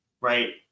right